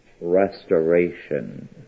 restoration